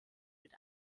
mit